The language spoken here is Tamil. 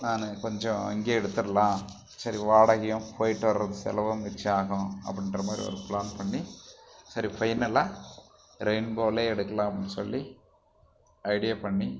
நான் கொஞ்சம் இங்கேயே எடுத்துரலாம் சரி வாடகையும் போய்ட்டு வரதுக்கு செலவும் மிச்சம் ஆகும் அப்படின்றமாதிரி ஒரு ப்ளான் பண்ணி சரி ஃபைனலாக ரெயின்போவிலேயே எடுக்கலாம் அப்டின்னு சொல்லி ஐடியா பண்ணி